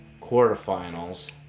quarterfinals